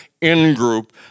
in-group